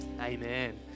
Amen